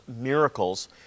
miracles